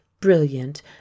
brilliant